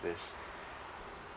this